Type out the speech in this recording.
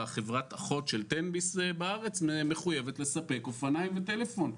חברת אחות של תן ביס בארץ מחויבת לספק אופניים וטלפון.